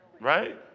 Right